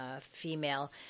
female